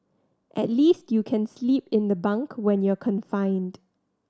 at least you can sleep in the bunk when you're confined